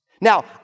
Now